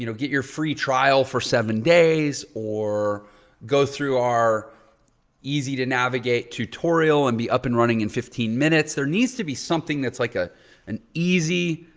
you know get your free trial for seven days or go through our easy to navigate tutorial and be up and running in fifteen minutes. there needs to be something that's like ah an easy